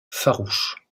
farouche